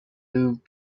moved